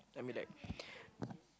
I mean like